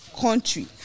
country